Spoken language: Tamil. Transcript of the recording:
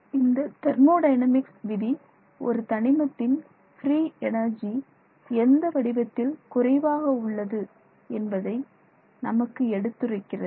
இந்த தெர்மோடைனமிக்ஸ் விதி ஒரு தனிமத்தின் பிரீ எனர்ஜி எந்த வடிவத்தில் குறைவாக உள்ளது என்பதை நமக்கு எடுத்துரைக்கிறது